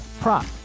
prop